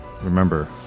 remember